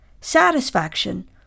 satisfaction